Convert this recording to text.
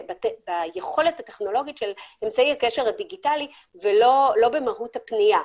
ביכולת הטכנולוגית של אמצעי הקשר הדיגיטלי ולא במהות הפניה.